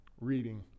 reading